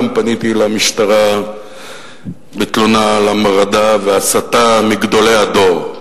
גם פניתי למשטרה בתלונה על המרדה והסתה מגדולי הדור.